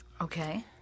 Okay